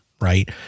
Right